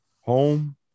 Home